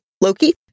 Loki